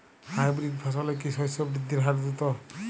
Hybrid ফসলের কি শস্য বৃদ্ধির হার দ্রুত?